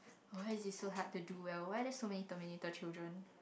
why is it so hard to do well why are there so many terminator children